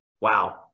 wow